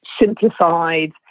simplified